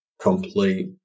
Complete